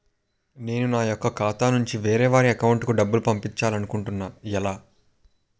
నేను నా యెక్క ఖాతా నుంచి వేరే వారి అకౌంట్ కు డబ్బులు పంపించాలనుకుంటున్నా ఎలా?